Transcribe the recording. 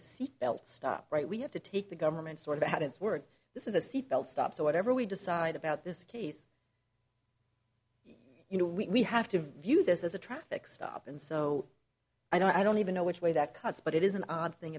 seat belt stop right we have to take the government sort of at its word this is a seatbelt stop so whatever we decide about this case you know we have to view this as a traffic stop and so i don't i don't even know which way that cuts but it is an odd thing